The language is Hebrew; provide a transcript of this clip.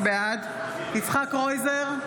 בעד יצחק קרויזר,